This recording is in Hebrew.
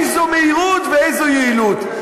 איזו מהירות ואיזו יעילות.